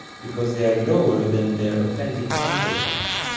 because they are lower than their authentic counterparts.